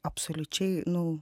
absoliučiai nu